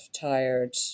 tired